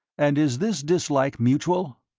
and is this dislike mutual?